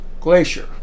Glacier